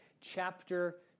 chapter